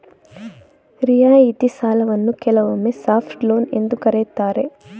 ರಿಯಾಯಿತಿ ಸಾಲವನ್ನ ಕೆಲವೊಮ್ಮೆ ಸಾಫ್ಟ್ ಲೋನ್ ಎಂದು ಕರೆಯುತ್ತಾರೆ